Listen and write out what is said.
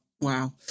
wow